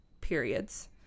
periods